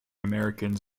americans